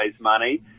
money